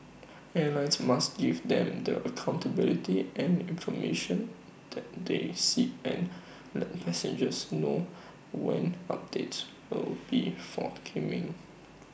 airlines must give them the accountability and information that they seek and let passengers know when updates will be forthcoming